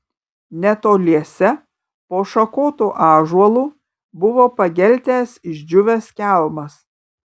netoliese po šakotu ąžuolu buvo pageltęs išdžiūvęs kelmas